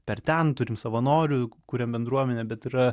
per ten turim savanorių kuriam bendruomenę bet yra